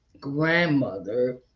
grandmother